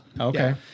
okay